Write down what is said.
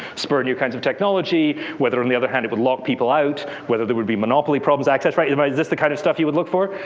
spur new kinds of technology. whether, on the other hand, it would lock people out. whether there would be monopoly problems, access. right. and is this the kind of stuff you would look for?